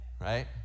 right